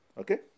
Okay